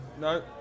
No